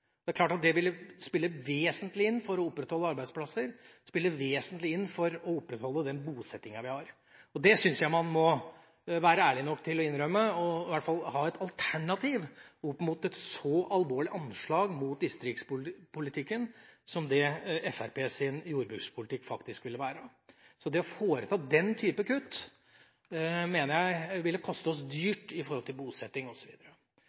ville spille vesentlig inn for å opprettholde arbeidsplasser og for å opprettholde den bosettinga vi har. Det syns jeg man må være ærlig nok til å innrømme og i hvert fall ha et alternativ opp mot et så alvorlig anslag mot distriktspolitikken som det Fremskrittspartiets jordbrukspolitikk faktisk ville være. Så det å foreta den type kutt mener jeg ville koste oss